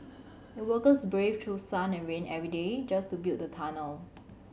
the workers braved through sun and rain every day just to build the tunnel